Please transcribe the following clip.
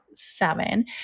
seven